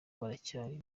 baracyari